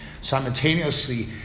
simultaneously